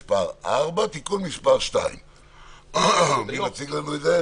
(מס' 4) (תיקון מס' 2). מי מציג לנו את זה?